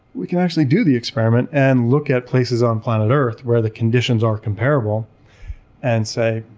we can actually do the experiment and look at places on planet earth where the conditions are comparable and say,